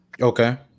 okay